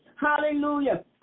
Hallelujah